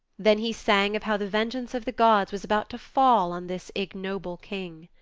then he sang of how the vengeance of the gods was about to fall on this ignoble king.